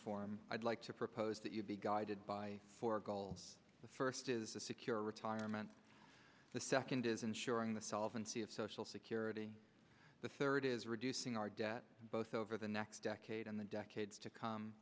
reform i'd like to propose that you be guided by four goals the first is a secure retirement the second is ensuring the solvency of social security the third is reducing our debt both over the next decade in the decades to come